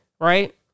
Right